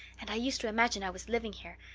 and i used to imagine i was living here,